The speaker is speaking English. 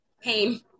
pain